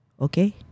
Okay